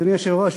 אדוני היושב-ראש,